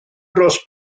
dros